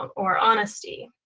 or honesty.